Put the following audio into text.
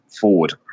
forward